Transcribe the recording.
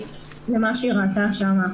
כאחראית למה שהיא ראתה שם,